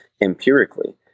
empirically